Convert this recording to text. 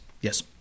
Yes